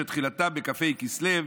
שתחילתם בכ"ה בכסלו,